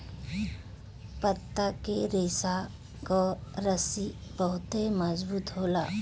पत्ता के रेशा कअ रस्सी बहुते मजबूत होला